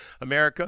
America